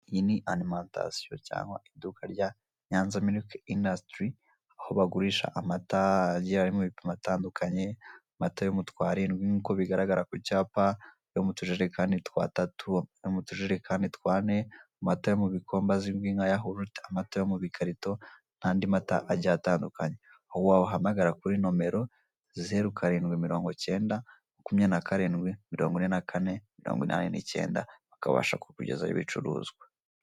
Iyi ni alimantasiyo cyangwa iduka rya Nyanza miliki indasitiri aho bagurisha amata agiye ari mu bipimo atandukanye amata yo mu twarindwi nk'uko bigaragara ku cyapa, ayo mu tujerekani tw'atatu, ayo mu tejerekani tw'ane, amata yo mu bikombe azwi nka yawurute, amata yo mu bikarito n'andi mata agiye atandukanye, aho wabahamagara kuri nomero zeru karindwi mirongo icyenda makumyabiri na karindwi mirongo ine na kane mirongo inane n'icyenda bakabasha kukugezaho ibicuruzwa.